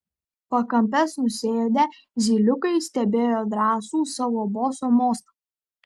pakampes nusėdę zyliukai stebėjo drąsų savo boso mostą